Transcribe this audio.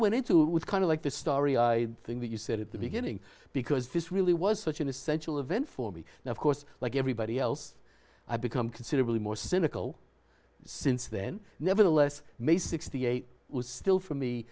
went into with kind of like the story i think that you said at the beginning because this really was such an essential event for me now of course like everybody else i've become considerably more cynical since then nevertheless may sixty eight was still for me